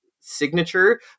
signature